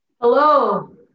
Hello